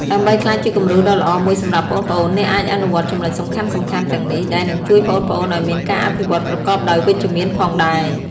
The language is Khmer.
ដើម្បីក្លាយជាគំរូដ៏ល្អមួយសម្រាប់ប្អូនៗ អ្នកអាចអនុវត្តចំណុចសំខាន់ៗទាំងនេះ ដែលនឹងជួយប្អូនៗឱ្យមានការអភិវឌ្ឍប្រកបដោយវិជ្ជមានផងដែរ ។